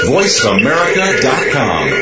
VoiceAmerica.com